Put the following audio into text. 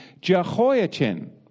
Jehoiachin